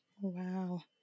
Wow